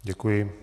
Děkuji.